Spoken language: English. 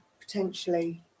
potentially